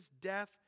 death